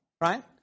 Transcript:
right